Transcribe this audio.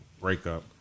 breakup